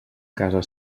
casa